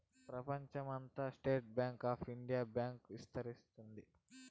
ప్రెపంచం అంతటా State Bank of India bank ఇస్తరించింది